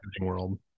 world